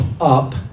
up